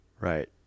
Right